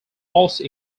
also